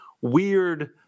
weird